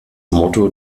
motto